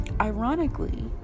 ironically